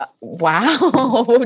Wow